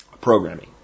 programming